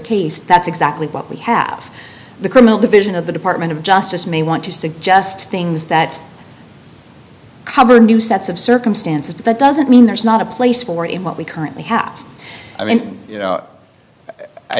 case that's exactly what we have the criminal division of the department of justice may want to suggest things that cover new sets of circumstances that doesn't mean there's not a place for in what we currently have i mean